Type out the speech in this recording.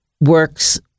works